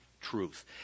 truth